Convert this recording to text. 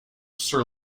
sir